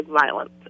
violence